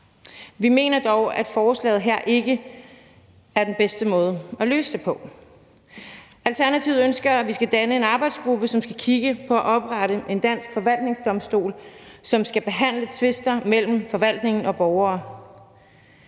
Vi mener dog, at forslaget her ikke er den bedste måde at løse det på. Alternativet ønsker, at vi skal danne en arbejdsgruppe, som skal kigge på at oprette en dansk forvaltningsdomstol, som skal behandle tvister mellem forvaltningen og borgerne.